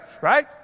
right